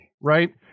right